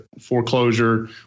foreclosure